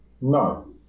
No